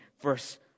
Verse